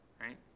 right